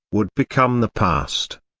would become the past.